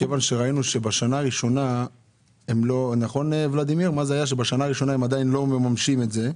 מכיוון שראינו שבשנה הראשונה הם עדיין לא מממשים את זה.